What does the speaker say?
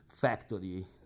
factory